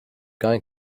going